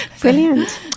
brilliant